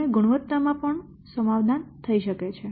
અને ગુણવત્તામાં પણ સમાધાન થઈ શકે છે